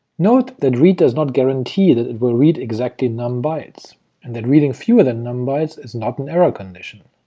note that read two does not guarantee that it will read exactly num bytes and that reading fewer than num bytes is not an error condition.